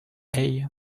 haye